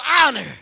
honor